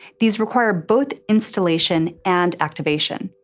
these require both installation and activation.